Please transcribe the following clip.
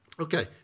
Okay